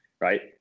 right